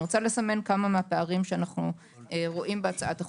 אני רוצה לסמן כמה מהפערים שאנו רואים בהצעת החוק.